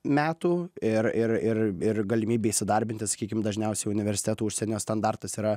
metų ir ir ir ir galimybė įsidarbinti sakykim dažniausiai universitetų užsienio standartas yra